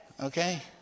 Okay